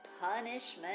punishment